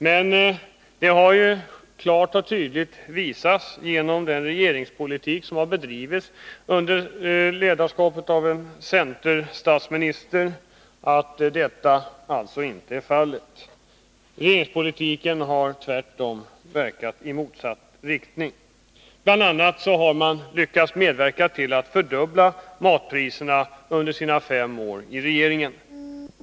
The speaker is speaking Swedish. Men att detta inte är fallet har klart och tydligt visat sig genom den regeringspolitik som har bedrivits under ledarskap av den centerpartistiske statsministern. Regeringspolitiken har i realiteten verkat i motsatt riktning. Centerpartiet har bl.a. lyckats medverka till att fördubbla matpriserna under de fem åren i regeringen.